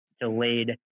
delayed